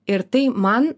ir tai man